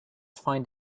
find